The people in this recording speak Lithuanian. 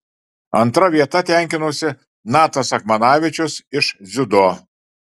antra vieta tenkinosi natas akmanavičius iš dziudo